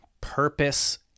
purpose